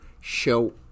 show